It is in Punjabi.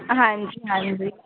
ਹਾਂਜੀ ਹਾਂਜੀ